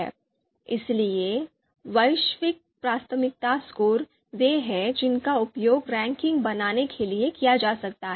इसलिए वैश्विक प्राथमिकता स्कोर वे हैं जिनका उपयोग रैंकिंग बनाने के लिए किया जा सकता है